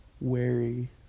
wary